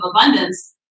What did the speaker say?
abundance